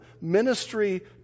Ministry